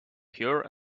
pure